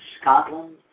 Scotland